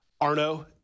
Arno